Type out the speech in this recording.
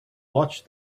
watch